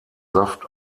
saft